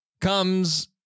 comes